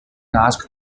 asked